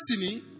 destiny